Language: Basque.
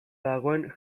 dagoen